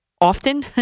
often